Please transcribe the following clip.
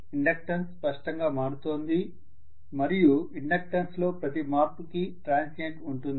inductance స్పష్టంగా మారుతోంది మరియు ఇండక్టన్స్ లో ప్రతి మార్పుకి ట్రాన్సియెంట్ ఉంటుంది